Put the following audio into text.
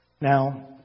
Now